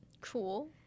Cool